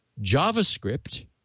JavaScript